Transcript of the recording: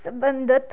ਸਬੰਧਿਤ